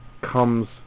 comes